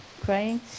crying